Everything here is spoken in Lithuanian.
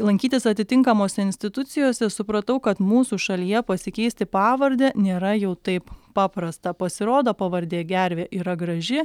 lankytis atitinkamose institucijose supratau kad mūsų šalyje pasikeisti pavardę nėra jau taip paprasta pasirodo pavardė gervė yra graži